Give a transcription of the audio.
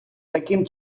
таким